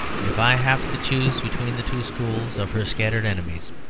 if i have to choose between the two schools of her scattered enemies,